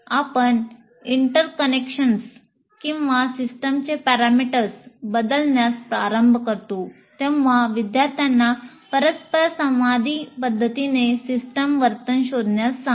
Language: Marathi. आपण इंटरकनेक्शन्स किंवा सिस्टीमचे पॅरामीटर्स बदलण्यास प्रारंभ करतो तेव्हा विद्यार्थ्यांना परस्परसंवादी पद्धतीने सिस्टमचे वर्तन शोधण्यास सांगा